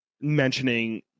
mentioning